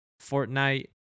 Fortnite